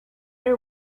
are